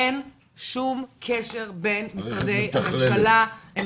אין שום קשר בין משרדי הממשלה.